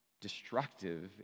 destructive